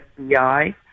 FBI